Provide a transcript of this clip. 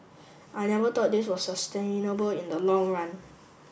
I never thought this was sustainable in the long run